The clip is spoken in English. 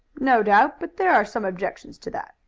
no doubt but there are some objections to that.